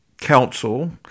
council